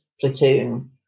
Platoon